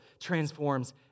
transforms